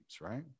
right